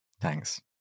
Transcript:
Thanks